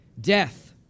Death